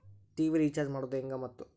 TV recharge ಮಾಡೋದು ಹೆಂಗ ಮತ್ತು?